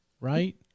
Right